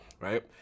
right